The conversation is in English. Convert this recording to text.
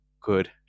good